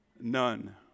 None